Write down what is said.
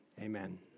Amen